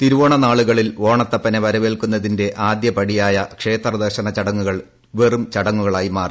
തിരുവോണ നാളുകളിൽ ഓണത്തപ്പനെ വരവേൽക്കുന്നതിന്റെ ആദ്യപടിയായ ക്ഷേത്രദർശന ചടങ്ങുകൾ വെറും ചടങ്ങുകളായി മാറി